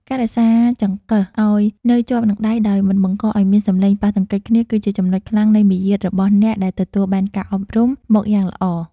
ការរក្សាចង្កឹះឱ្យនៅជាប់នឹងដៃដោយមិនបង្កឱ្យមានសំឡេងប៉ះទង្គិចគ្នាគឺជាចំណុចខ្លាំងនៃមារយាទរបស់អ្នកដែលទទួលបានការអប់រំមកយ៉ាងល្អ។